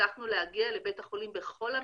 הצלחנו להגיע לבית החולים בכל המקרים,